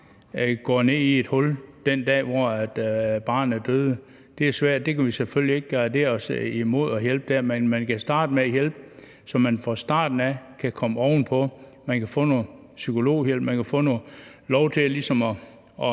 går ned i et hul den dato, hvor barnet døde. Det er svært, det kan vi selvfølgelig ikke gardere os imod og afhjælpe, men vi kan starte med at hjælpe, så man fra starten af kan komme ovenpå. Man kan få noget psykologhjælp, man kan få lov til ligesom at